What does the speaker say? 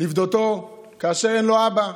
ולפדותו כאשר אין לו אבא.